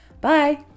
Bye